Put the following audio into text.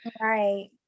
right